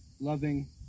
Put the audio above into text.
loving